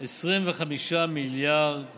25 מיליארד ש"ח.